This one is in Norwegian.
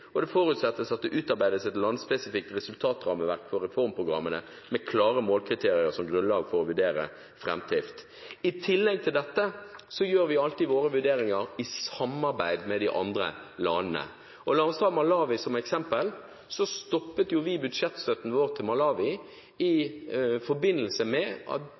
og det forutsettes at det utarbeides et landsspesifikt resultatrammeverk for reformprogrammene, med klare målkriterier som grunnlag for å vurdere framdrift. I tillegg til dette gjør vi alltid våre vurderinger i samarbeid med de andre landene. La oss ta Malawi som eksempel. Vi stoppet budsjettstøtten vår til Malawi i forbindelse med at